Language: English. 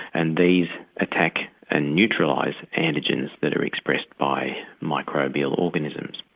and these attack and neutralise antigens that are expressed by microbial organisms.